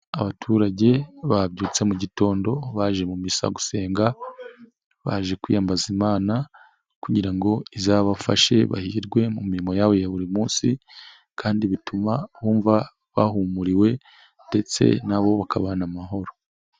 Abaturage babyutse mu gitondo baje mu misa gusenga baje kwiyambaza imana kugira ngo izabafashe bahirwe mu mirimo yabo ya buri munsi kandi bituma bumva bahumuriwe ndetse na bo bakabana amahoro.